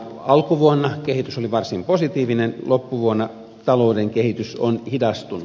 alkuvuonna kehitys oli varsin positiivinen loppuvuonna talouden kehitys on hidastunut